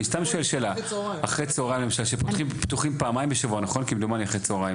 אחרי הצהריים למשל כשפתוחים פעמיים בשבוע כמדומני.